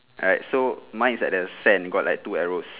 alright so mine is like the sand got like two arrows